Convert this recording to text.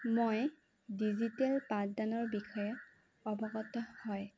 মই ডিজিটেল পাঠদানৰ বিষয়ে অৱগত হয়